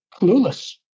clueless